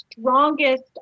strongest